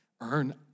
earn